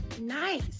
nice